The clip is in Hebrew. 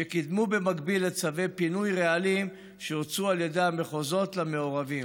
שקודמו במקביל לצווי פינוי רעלים שהוצאו על ידי המחוזות למעורבים.